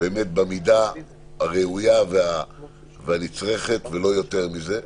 במידה הראויה והנצרכת, ולא יותר מזה.